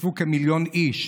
השתתפו כמיליון איש,